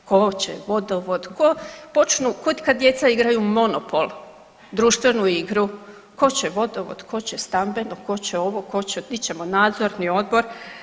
Tko će vodovod, tko, počnu ko kad djeca igraju monopol, društvenu igru, tko će vodovod, tko će stambeno, tko će ovo, tko će di ćemo nadzorni odbor.